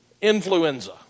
influenza